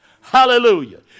Hallelujah